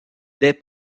des